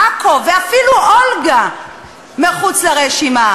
עכו ואפילו אולגה מחוץ לרשימה.